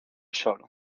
solo